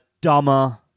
dumber